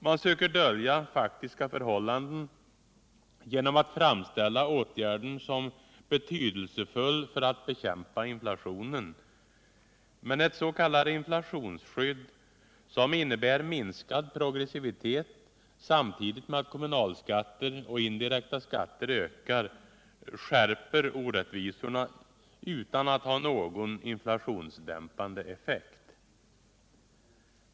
Man söker dölja faktiska förhållanden genom att framställa åtgärden som betydelsefull för att bekämpa inflationen. Men ett ”inflationsskydd” som innebär minskad progressivitet samtidigt med att kommunalskatten och indirekta skatter ökar skärper skatteorättvisorna utan att ha någon inflationshämmande effekt.